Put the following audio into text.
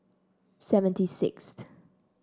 seventy sixth